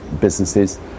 businesses